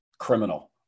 criminal